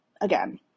again